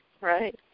right